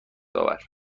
آور